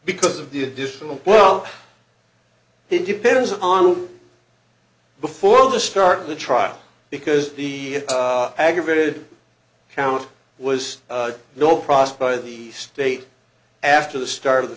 because of the additional well it depends on before the start of the trial because the aggravated count was no prosper the state after the start of the